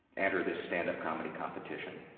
enter this stand-up comedy competition.